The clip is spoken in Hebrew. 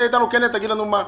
תהיה אתנו כן ותגיד לנו מה.